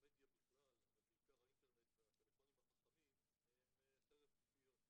המדיה בכלל אבל בעיקר האינטרנט והטלפונים החכמים הם חרב פיפיות.